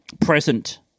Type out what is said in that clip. present